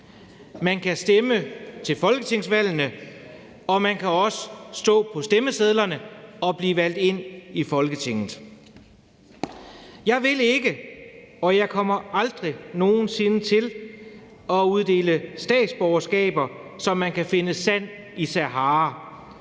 Man kan stemme til folketingsvalgene, og man kan også stå på stemmesedlerne og blive valgt ind i Folketinget. Jeg vil ikke, og jeg kommer aldrig nogen sinde til det, uddele statsborgerskaber, som man kan finde sand i Sahara.